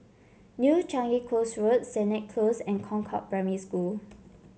New Changi Coast Road Sennett Close and Concord Primary School